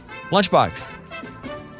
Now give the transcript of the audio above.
Lunchbox